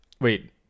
Wait